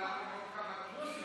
(נגיף הקורונה החדש) (בידוד במקום לבידוד מטעם המדינה),